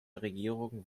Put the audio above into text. regierung